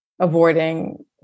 avoiding